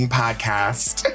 podcast